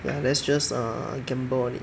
ya let's just err gamble on it